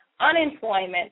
unemployment